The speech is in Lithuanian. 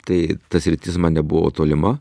tai ta sritis man nebuvo tolima